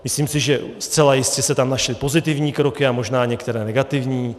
Myslím si, že zcela jistě se tam našly pozitivní kroky a možná některé negativní.